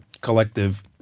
collective